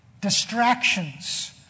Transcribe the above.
distractions